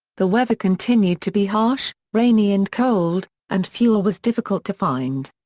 the weather continued to be harsh, rainy and cold, and fuel was difficult to find.